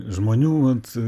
žmonių vat